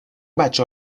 بچه